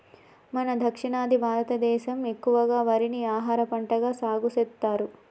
మన దక్షిణాది భారతదేసం ఎక్కువగా వరిని ఆహారపంటగా సాగుసెత్తారు